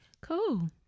cool